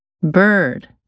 Bird